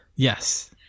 Yes